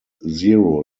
zero